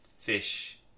fish